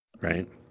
right